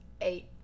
eight